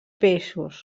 peixos